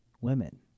women